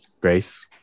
grace